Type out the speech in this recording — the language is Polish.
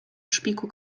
szpiku